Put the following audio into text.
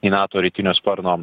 į nato rytinio sparno